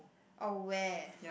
oh where